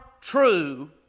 true